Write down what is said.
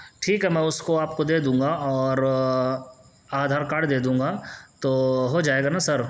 ٹھیک ہے میں اس کو آپ کو دے دوں گا اور آدھار کارڈ دے دوں گا تو ہو جائے گا نا سر